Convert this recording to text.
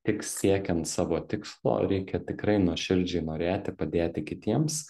tik siekiant savo tikslo reikia tikrai nuoširdžiai norėti padėti kitiems